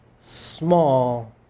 small